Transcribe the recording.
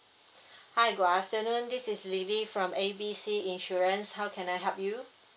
hi good afternoon this is lily from A B C insurance how can I help you